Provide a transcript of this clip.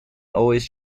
always